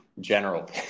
general